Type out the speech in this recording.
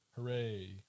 Hooray